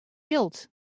jild